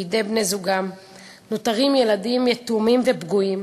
בידי בן-זוגה נותרים ילדים יתומים ופגועים,